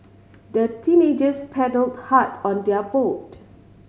the teenagers paddled hard on their boat